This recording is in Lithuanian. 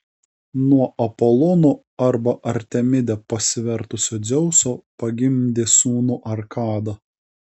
nuo apolonu arba artemide pasivertusio dzeuso pagimdė sūnų arkadą